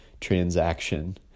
transaction